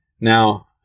Now